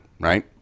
Right